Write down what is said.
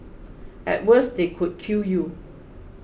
at worst they could kill you